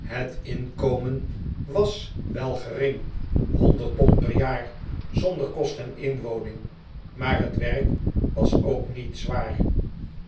het inkomen was wel gering honderd pond per jaar zonder kost en inwoning maar het werk was ook niet zwaar